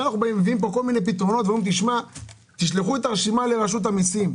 מביאים פה כל מיני פתרונות ואומרים לשלוח עוד ועוד רשימה לרשות המסים.